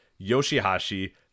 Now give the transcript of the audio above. Yoshihashi